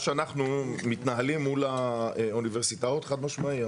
שאנחנו מתנהלים מול האוניברסיטאות, חד משמעי.